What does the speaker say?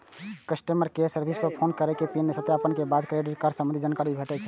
customer care service पर phone करै सं पिन सत्यापन के बाद क्रेडिट कार्ड संबंधी जानकारी भेटै छै